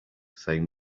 saying